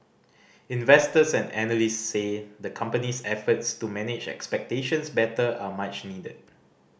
investors and analysts say the company's efforts to manage expectations better are much needed